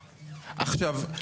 עכשיו,